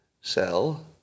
sell